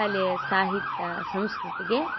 ಕಲೆ ಸಾಹಿತ್ಯ ಸಂಸ್ಕೃತಿಗೆ